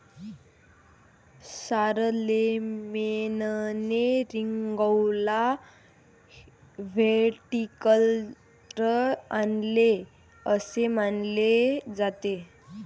शारलेमेनने रिंगौला व्हिटिकल्चर आणले असे मानले जाते